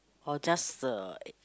or just a